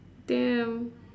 damn